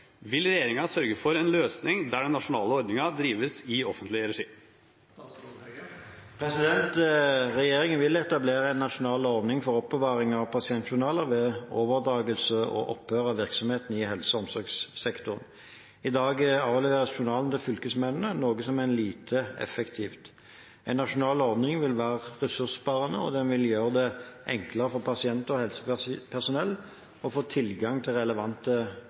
Vil regjeringen sørge for en løsning der den nasjonale ordningen drives i offentlig regi?» Regjeringen vil etablere en nasjonal ordning for oppbevaring av pasientjournaler ved overdragelse og opphør av virksomheter i helse- og omsorgssektoren. I dag avleveres journalene til fylkesmennene, noe som er lite effektivt. En nasjonal ordning vil være ressurssparende, og den vil gjøre det enklere for pasienter og helsepersonell å få tilgang til relevante